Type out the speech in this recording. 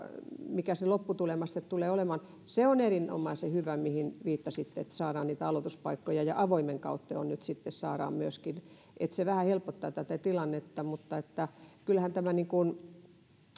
mikä se lopputulema sitten tulee olemaan se on erinomaisen hyvä mihin viittasitte että saadaan niitä aloituspaikkoja ja avoimen kautta nyt saadaan myöskin se vähän helpottaa tätä tilannetta mutta kyllähän tämä